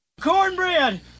cornbread